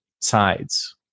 sides